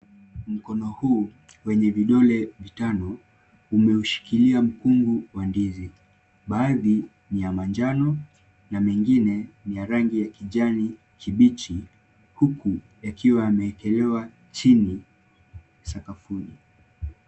Mkono huu wenye vidole vitano umeushikilia mkungu wa ndizi, baadhi ni ya manjano na mengine ni ya rangi ya kijani kibichi huku yakiwa yameekelewa chini sakafuni.